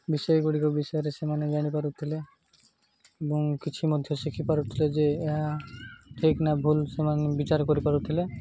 ବିଷୟ ଗୁଡ଼ିକ ବିଷୟରେ ସେମାନେ ଜାଣିପାରୁଥିଲେ ଏବଂ କିଛି ମଧ୍ୟ ଶିଖିପାରୁଥିଲେ ଯେ ଏହା ଠିକ୍ ନା ଭୁଲ୍ ସେମାନେ ବିଚାର କରିପାରୁଥିଲେ